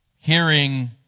hearing